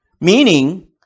Meaning